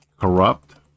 corrupt